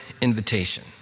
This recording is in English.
invitation